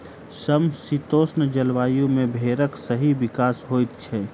समशीतोष्ण जलवायु मे भेंड़क सही विकास होइत छै